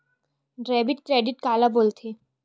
Debit credit काला बोल थे?